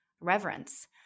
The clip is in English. reverence